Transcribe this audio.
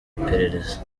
iperereza